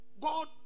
God